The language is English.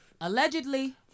Allegedly